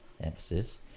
emphasis